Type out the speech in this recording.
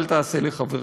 אל תעשה לחברך.